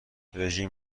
رژیم